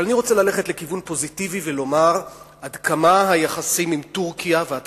אבל אני רוצה ללכת לכיוון פוזיטיבי ולומר עד כמה היחסים עם טורקיה ועד